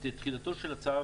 את תחילתו של הצו,